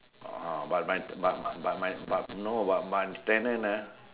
oh but my but my but my but no but my tenant ah